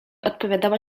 odpowiadała